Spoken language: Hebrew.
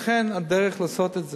לכן הדרך לעשות את זה,